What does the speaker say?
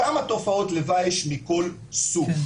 כמה תופעות לוואי יש מכל סוג,